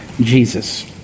Jesus